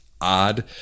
odd